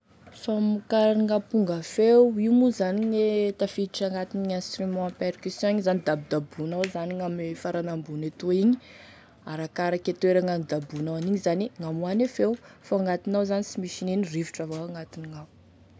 Famokarane gn'amponga feo, io moa zany tafiditra agnatine instruments à percussion igny zany igny dabodaboinao ame farany ambony etoa igny, arakarake toerana anabodaboinao an'igny zany gn'amoahane feo, fa ao agnatiny ao zany sy misy inoino fa rivotry avao agnatiny ao.